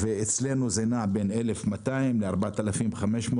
אצלנו זה נע בין 1,200 ל-4,500.